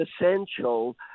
essential